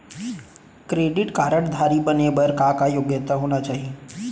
Credit card धारी बने बर का का योग्यता होना चाही?